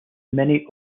many